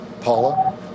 Paula